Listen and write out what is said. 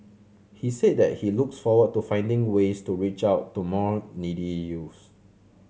he said that he looks forward to finding ways to reach out to more needy youth